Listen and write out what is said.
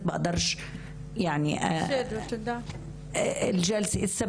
זה משהו שלא הייתי רוצה לתאר לעצמי